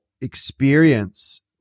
experience